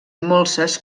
molses